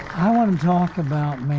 i want to talk about